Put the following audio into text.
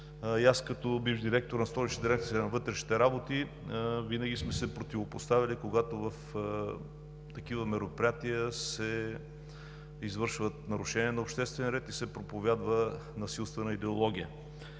Аз, като бивш директор на Столична дирекция на вътрешните работи, винаги сме се противопоставяли, когато в такива мероприятия се извършват нарушения на обществен ред и се проповядва насилствена идеология.